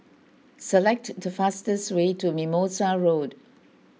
select the fastest way to Mimosa Road